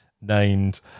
named